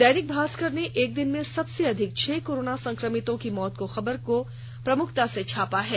दैनिक भास्कर ने एक दिन में सबसे अधिक छह कोरोना संक्रमितों की मौत की खबर को प्रमुखता से छापा है